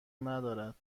ندارد